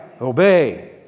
Obey